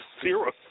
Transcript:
zero